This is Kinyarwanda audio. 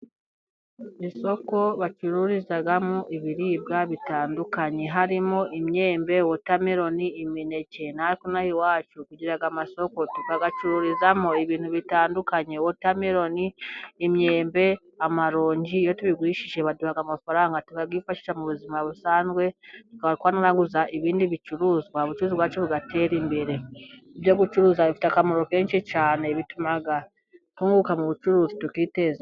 Isoko bacururizamo ibiribwa bitandukanye harimo imyembe, wotameloni, imineke. Natwe ino aha iwacu ko tugacururizamo ibintu bitandukanye watarmelon, imyembe, amarongi iyo tubigurishije baduha amafaranga turayifashisha mu buzima busanzwe tugura ibindi bicuruzwa, ubucuruzi bwacu bugatera imbere ibyo gucuruza bifite akamaro kenshi cyane twunguka mucuruzi tukiteza imbere.